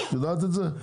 את יודעת את זה?